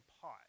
pot